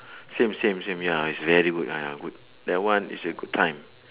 same same same ya is very good ah ya good that one is a good time